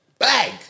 Bag